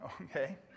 okay